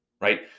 right